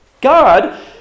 God